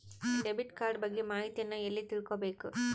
Debit card ಬಗ್ಗೆ ಮಾಹಿತಿಯನ್ನ ಎಲ್ಲಿ ತಿಳ್ಕೊಬೇಕು?